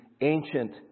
ancient